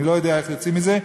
אני לא יודע איך יוצאים מזה.